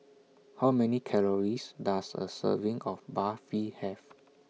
How Many Calories Does A Serving of Barfi Have